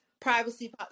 privacy